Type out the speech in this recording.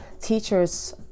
teachers